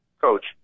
Coach